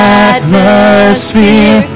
atmosphere